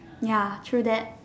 ya true that